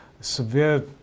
severe